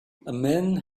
man